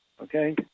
okay